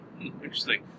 Interesting